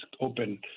open